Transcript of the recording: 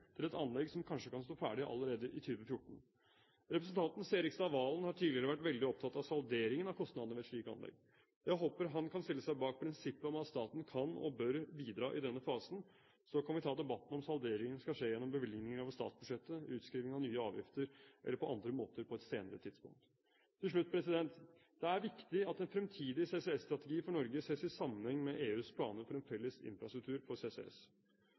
til et anlegg som kanskje kan stå ferdig allerede i 2014. Representanten Serigstad Valen har tidligere vært veldig opptatt av salderingen av kostnadene ved et slikt anlegg. Jeg håper han kan stille seg bak prinsippet om at staten kan og bør bidra i denne fasen, så kan vi på et senere tidspunkt ta debatten om hvorvidt salderingen skal skje gjennom bevilgninger over statsbudsjettet, utskriving av nye avgifter eller på andre måter. Til slutt: Det er viktig at en fremtidig CCS-strategi for Norge ses i sammenheng med EUs planer for en felles infrastruktur for CCS.